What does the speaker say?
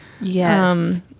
yes